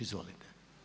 Izvolite.